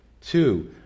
Two